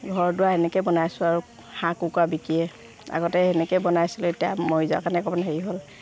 ঘৰ দুৱাৰ এনেকৈ বনাইছোঁ আৰু হাঁহ কুকুৰা বিকিয়ে আগতে তেনেকৈ বনাইছিলো এতিয়া মৰি যোৱা কাৰণে অকণমান হেৰি হ'ল